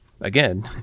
again